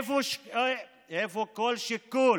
איפה כל שיקול